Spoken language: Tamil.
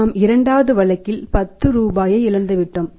நாம் இரண்டாவது வழக்கில் 10 ரூபாயை இழந்துவிட்டோம்